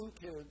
kids